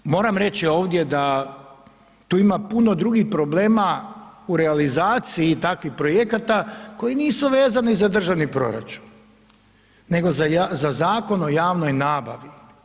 Ali moram reći ovdje da tu ima puno drugih problema u realizaciji takvih projekata koji nisu vezani za državni proračun nego za Zakon o javnoj nabavi.